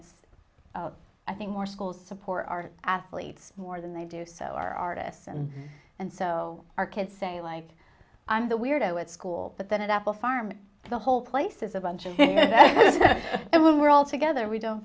it's i think more schools support our athletes more than they do so our artists and and so our kids say like i'm the weirdo at school but that apple farm the whole place is a bunch of them we're all together we don't